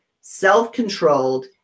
self-controlled